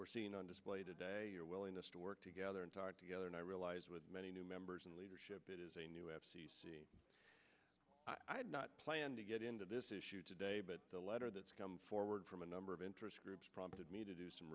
we're seeing on display today your willingness to work together and together and i realize with many new members in leadership it is a new app i did not plan to get into this issue today but the letter that's come forward from a number of interest groups prompted me to do some